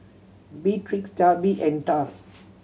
Beatrix Darby and Tal